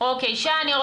נצרת במיוחד, עכו, יפו.